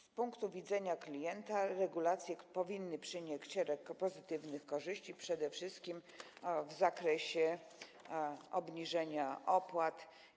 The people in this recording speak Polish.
Z punktu widzenia klienta regulacje powinny przynieść szereg korzyści, przede wszystkim w zakresie obniżenia opłat.